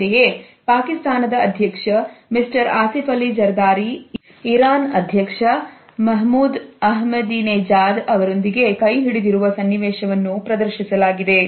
ಅಂತೆಯೇ ಪಾಕಿಸ್ತಾನದ ಅಧ್ಯಕ್ಷ ಮಿಸ್ಟರ್ ಆಸಿಫ್ ಅಲಿ ಜರ್ದಾರಿ ಇರಾನ್ ಅಧ್ಯಕ್ಷ ಮಹಮೂದ್ ಅಹ್ಮದಿನೆಜಾದ್ ಅವರೊಂದಿಗೆ ಕೈ ಹಿಡಿದಿರುವ ಸನ್ನಿವೇಶವನ್ನು ಪ್ರದರ್ಶಿಸಲಾಗಿದೆ